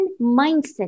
mindset